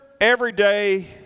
everyday